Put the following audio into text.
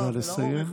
נא לסיים.